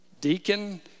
deacon